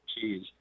cheese